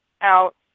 out